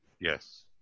Yes